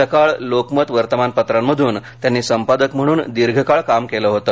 सकाळ लोकमत वर्तमानपत्रांमधून त्यांनी संपादक म्हणून दीर्घकाळ काम केलं होत